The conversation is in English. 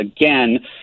again